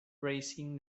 raising